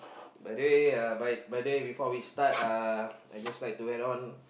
by day uh by by day before we start uh I'd just like add on